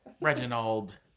Reginald